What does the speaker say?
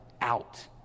out